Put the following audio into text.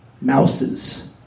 mouses